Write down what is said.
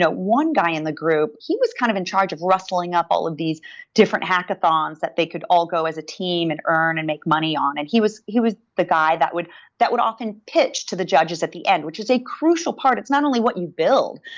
ah one guy in the group, he was kind of in charge of rustling up all of these different hackathons that they could all go as a team and earn and make money on, and he was he was the guy that would that would often pitch to the judges at the end, which is a crucial part. it's not only what you build,